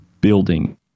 building